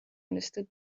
understood